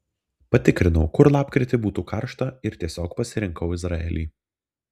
patikrinau kur lapkritį būtų karšta ir tiesiog pasirinkau izraelį